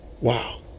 wow